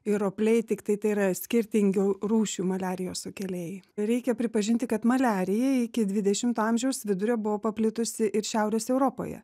ir ropliai tiktai tai yra skirtingų rūšių maliarijos sukėlėjai reikia pripažinti kad maliarija iki dvidešimto amžiaus vidurio buvo paplitusi ir šiaurės europoje